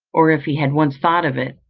or if he had once thought of it,